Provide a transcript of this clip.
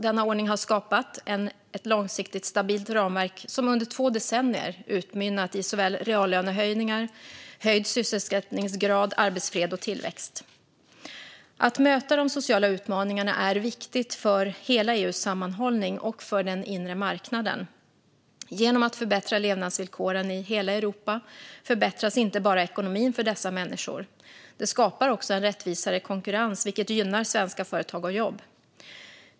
Denna ordning har skapat ett långsiktigt stabilt ramverk som under två decennier utmynnat i både reallönehöjningar, hög sysselsättningsgrad, arbetsfred och tillväxt. Att möta de sociala utmaningarna är viktigt för hela EU:s sammanhållning och för den inre marknaden. Att förbättra levnadsvillkoren i hela Europa förbättrar inte bara ekonomin för dessa människor; det skapar också en rättvisare konkurrens, vilket gynnar svenska företag och jobb.